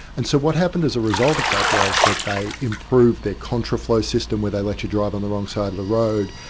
and so what happened as a result of that was that they improved their contra flow system where they let you drive on the wrong side of the road,